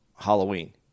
halloween